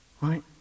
Right